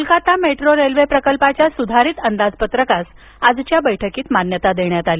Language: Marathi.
कोलकाता मेट्रो रेल्वे प्रकल्पाच्या सुधारित अंदाजपत्रकास आजच्या बैठकीत मान्यता देण्यात आली